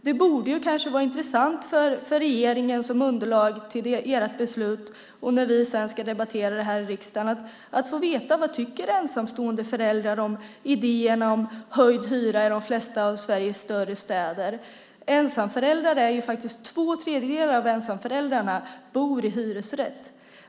Det borde vara intressant för regeringen som underlag till beslut och när vi sedan ska debattera det här i riksdagen att få veta vad ensamstående föräldrar tycker om idéerna om höjd hyra i de flesta av Sveriges större städer. Två tredjedelar av ensamföräldrarna bor i hyresrätt.